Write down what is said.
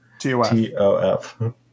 TOF